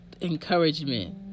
encouragement